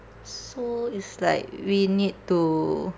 so it's like we need to